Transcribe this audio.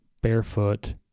Barefoot